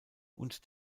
und